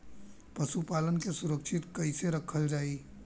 पशुपालन के सुरक्षित कैसे रखल जाई?